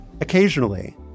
Occasionally